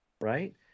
right